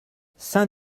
saint